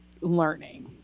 learning